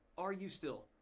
are you still.